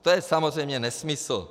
To je samozřejmě nesmysl.